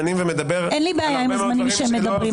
מן הצדק.